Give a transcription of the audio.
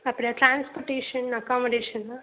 அப்புறம் ட்ரான்ஸ்போர்ட்டேஷன் அக்காமடேஷன்லாம்